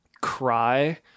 cry